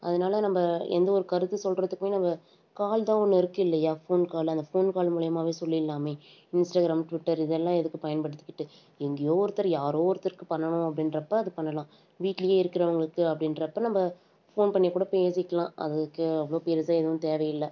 அதனால நம்ம எந்த ஒரு கருத்து சொல்கிறத்துக்குமே நம்ம கால் தான் ஒன்று இருக்குது இல்லையா ஃபோன் கால் அந்த ஃபோன் கால் மூலிமாவே சொல்லிடலாமே இன்ஸ்டாகிராம் ட்விட்டர் இதெல்லாம் எதுக்கு பயன்படுத்திக்கிட்டு எங்கேயோ ஒருத்தர் யாரோ ஒருத்தருக்கு பண்ணணும் அப்படின்றப்ப அது பண்ணலாம் வீட்டிலையே இருக்கிறவங்களுக்கு அப்படின்றப்ப நம்ம ஃபோன் பண்ணிக் கூட பேசிக்கலாம் அதுக்கு அவ்வளோ பெருசாக எதுவும் தேவையில்லை